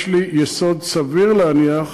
יש לי יסוד סביר להניח